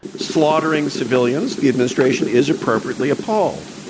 slaughtering civilians, the administration is appropriately appalled.